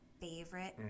favorite